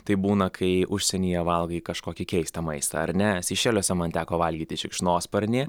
taip būna kai užsienyje valgai kažkokį keistą maistą ar ne seišeliuose man teko valgyti šikšnosparnį